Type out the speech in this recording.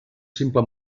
simple